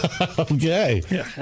Okay